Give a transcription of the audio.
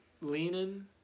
leaning